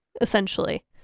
Essentially